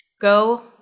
Go